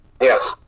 Yes